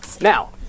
Now